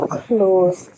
close